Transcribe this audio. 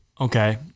Okay